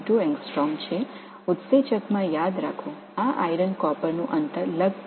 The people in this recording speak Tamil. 92 ஆங்ஸ்ட்ரோம் நொதியை நினைவில் கொள்ளுங்கள் இந்த இரும்பு காப்பர் தூரம் கிட்டத்தட்ட 5